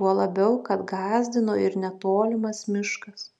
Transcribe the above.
tuo labiau kad gąsdino ir netolimas miškas